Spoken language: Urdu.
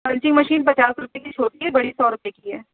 پنچنگ مشین پچاس روپے کی چھوٹی ہے بڑی سو روپے کی ہے